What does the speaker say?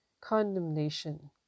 Condemnation